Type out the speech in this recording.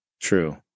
True